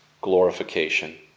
glorification